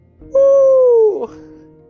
Woo